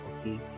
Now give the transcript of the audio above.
Okay